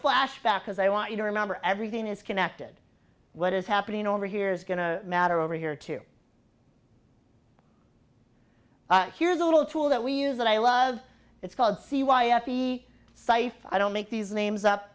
flashback because i want you to remember everything is connected what is happening over here is going to matter over here to here's a little tool that we use that i love it's called c y f e cipher i don't make these names up